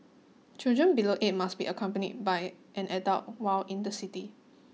children below eight must be accompanied by an adult while in the city